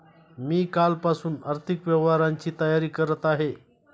मी कालपासून आर्थिक व्यवहारांची तयारी करत आहे